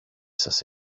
σας